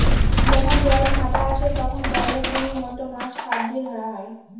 যখন জোয়ারের ভাঁটা আসে, তখন গলদা চিংড়ির মত মাছ ফাঁদ দিয়ে ধরা হয়